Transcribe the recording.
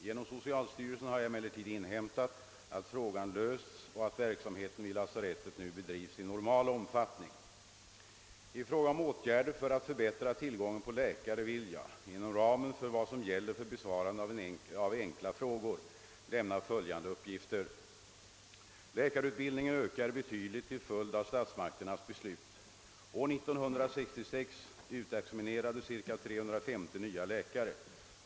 Genom socialstyrelsen har jag emellertid inhämtat att frågan lösts och att verksamheten vid lasarettet nu bedrivs i normal omfattning. I fråga om åtgärder för att förbättra tillgången på läkare vill jag — inom ramen för vad som gäller för besvarande av enkla frågor — lämna följande uppgifter. Läkarutbildningen ökar betydligt till följd av statsmakternas beslut. år 1966 utexaminerades cirka 350 nya läkare.